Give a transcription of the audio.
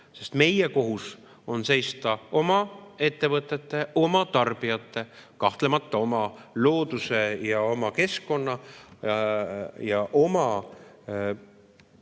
sest meie kohus on seista oma ettevõtete, oma tarbijate, kahtlemata oma looduse ja oma keskkonna ja oma